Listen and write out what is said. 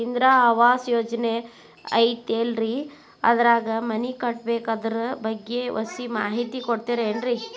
ಇಂದಿರಾ ಆವಾಸ ಯೋಜನೆ ಐತೇಲ್ರಿ ಅದ್ರಾಗ ಮನಿ ಕಟ್ಬೇಕು ಅದರ ಬಗ್ಗೆ ಒಸಿ ಮಾಹಿತಿ ಕೊಡ್ತೇರೆನ್ರಿ?